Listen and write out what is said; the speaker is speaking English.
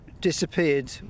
disappeared